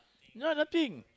ya nothing